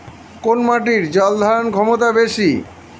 কোন মাটির জল ধারণ ক্ষমতা বেশি?